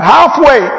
Halfway